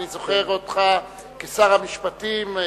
אני זוכר אותך כשר המשפטים,